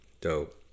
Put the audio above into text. dope